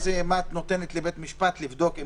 מה את נותנת לבית המשפט לבדוק?